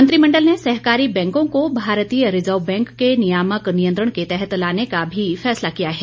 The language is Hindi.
मेंत्रिमण्डल ने सहकारी बैंको को भारतीय रिजर्व बैंक के नियामक नियंत्रण के तहत लाने का भी फैसला किया है